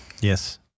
Yes